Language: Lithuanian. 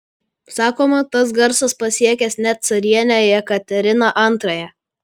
sakoma tas garsas pasiekęs net carienę jekateriną antrąją